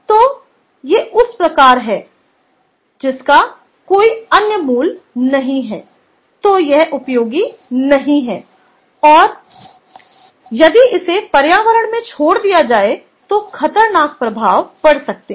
तो ये उस प्रकार के हैं जिसका कोई अन्य मूल्य नहीं है तो यह उपयोगी नहीं है और यदि इसे पर्यावरण में छोड़ दिया जाए तो खतरनाक प्रभाव पड़ सकते हैं